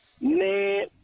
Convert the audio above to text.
Man